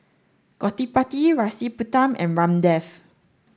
Gottipati Rasipuram and Ramdev